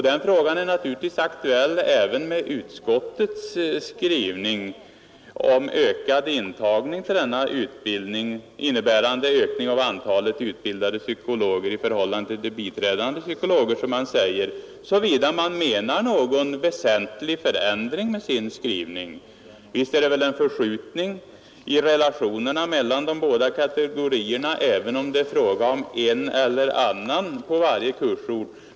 Den frågan är naturligtvis aktuell även med utskottets skrivning om ökad intagning till denna utbildning, innebärande ökning av antalet utbildade psykologer i förhållande till biträdande psykologer, som man säger, såvida man menar någon väsentlig förändring med sin skrivning. Visst är det väl en förskjutning i relationen mellan de båda kategorierna, även om det är fråga om en eller annan på varje kursort.